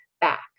back